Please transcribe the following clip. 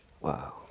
Wow